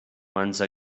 once